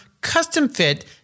custom-fit